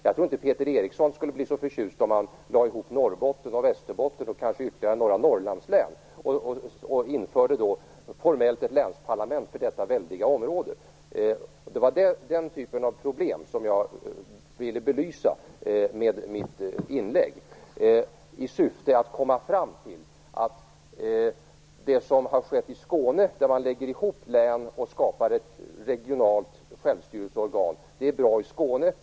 Jag tror inte att Peter Eriksson skulle bli så förtjust om man lade ihop Norrbotten, Västerbotten och kanske ytterligare några Norrlandslän och formellt införde ett länsparlament för detta väldiga område. Det var den typen av problem som jag ville belysa med mitt inlägg. Syftet var att komma fram till att det som har skett i Skåne, där län läggs ihop och det skapas ett regionalt självstyrelseorgan, är bra i Skåne.